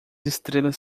estrelas